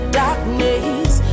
darkness